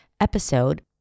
episode